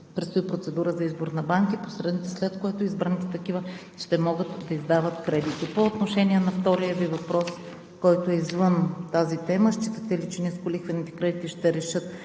предстои процедура за избор на банки и посредници, след което избраните такива ще могат да издават кредити. По отношение на втория Ви въпрос, който е извън тази тема – считате ли, че нисколихвените кредити ще решат